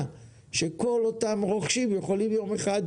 שיוכלו להוסיף כל אותם רוכשים בעתיד.